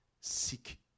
seek